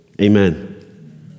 Amen